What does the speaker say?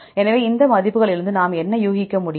எனவே இந்த மதிப்புகளிலிருந்து நாம் என்ன ஊகிக்க முடியும்